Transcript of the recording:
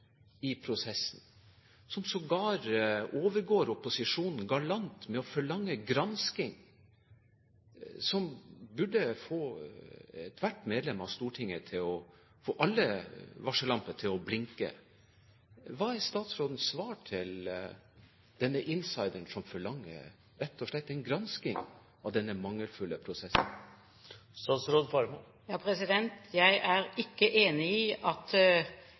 i prosessen som sågar overgår opposisjonen galant med å forlange granskning, og som burde få ethvert medlem av Stortinget til å få alle varsellamper til å blinke. Hva er statsrådens svar til denne insideren som rett og slett forlanger en granskning av den mangelfulle prosessen? Jeg er ikke enig i at